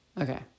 Okay